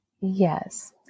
Yes